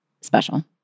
special